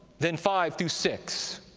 then five through six,